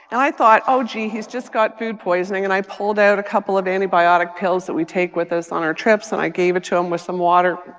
and i thought, oh, gee, he's just got food poisoning. and i pulled out a couple of antibiotic pills that we take with us on our trips. and i gave it to him with some water.